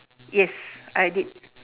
yes I did